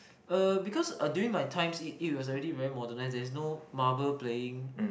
uh because uh during my times it it was already very modernised no marble playing